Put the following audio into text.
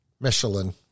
Michelin